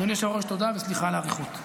אדוני היושב-ראש, תודה, וסליחה על האריכות.